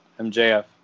MJF